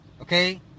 okay